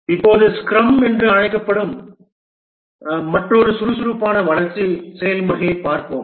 இப்போது ஸ்க்ரம் என்று அழைக்கப்படும் மற்றொரு சுறுசுறுப்பான வளர்ச்சி செயல்முறையைப் பார்ப்போம்